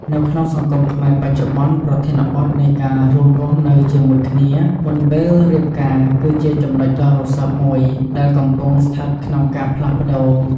នៅក្នុងសង្គមខ្មែរបច្ចុប្បន្ន ប្រធានបទនៃការរួមរស់នៅជាមួយគ្នាមុនពេលរៀបការ គឺជាចំណុចដ៏រសើបមួយដែលកំពុងស្ថិតក្នុងការផ្លាស់ប្តូរ។